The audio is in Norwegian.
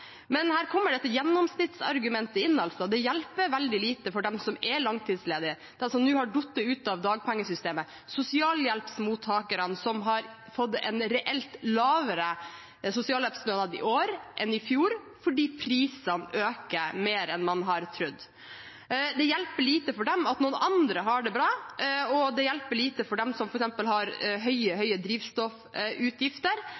Men her kommer dette gjennomsnittsargumentet inn, og det hjelper veldig lite for dem som er langtidsledige, dem som nå har falt ut av dagpengesystemet, og sosialhjelpsmottakerne som har fått en reelt lavere sosialhjelpsstønad i år enn i fjor, fordi prisene øker mer enn man har trodd. Det hjelper lite for dem at noen andre har det bra, og det hjelper lite for dem som f.eks. har høye